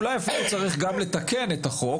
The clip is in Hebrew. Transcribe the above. אולי צריך גם לתקן את החוק,